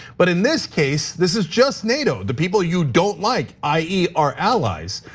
but in this case this is just nato, the people you don't like, i e, our allies.